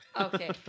Okay